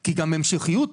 כי גם המילה "המשכיות"